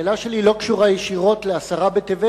השאלה שלי לא קשורה ישירות לעשרה בטבת,